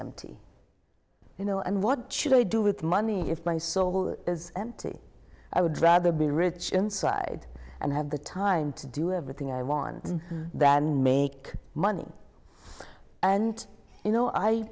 empty you know and what should i do with money if my soul is empty i would rather be rich inside and have the time to do everything i want than make money and you know i